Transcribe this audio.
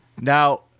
Now